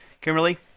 Kimberly